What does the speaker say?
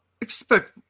expect